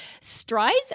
strides